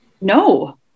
no